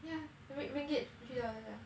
yeah ring~ ringgit three dollars ah